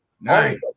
Nice